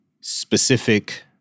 specific